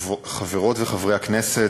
חברות וחברי הכנסת,